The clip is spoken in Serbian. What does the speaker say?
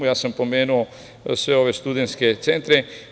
Ja sam pomenuo sve ove studentske centre.